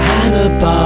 Hannah